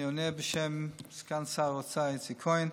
אני עונה בשם סגן שר האוצר יצחק כהן.